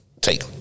take